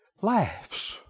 laughs